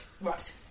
Right